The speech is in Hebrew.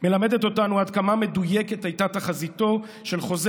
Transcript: מלמדת אותנו עד כמה מדויקת הייתה תחזיתו של חוזה